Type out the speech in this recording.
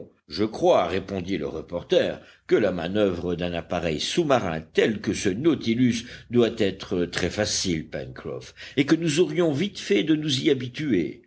je crois répondit le reporter que la manoeuvre d'un appareil sous-marin tel que ce nautilus doit être très facile pencroff et que nous aurions vite fait de nous y habituer